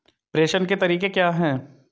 प्रेषण के तरीके क्या हैं?